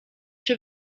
czy